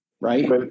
right